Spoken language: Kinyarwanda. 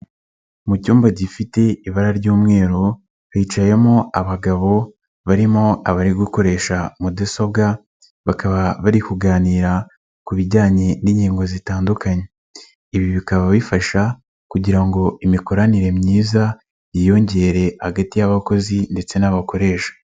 Mu cyumba gifite ibara ry'umweru, hicayemo abagabo, barimo abari gukoresha mudasobwa, bakaba bari kuganira ku bijyanye n'ingingo zitandukanye, ibi bikaba bifasha kugira ngo imikoranire myiza, yiyongere hagati y'abakozi ndetse n'abakoresha.